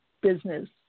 business